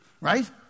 right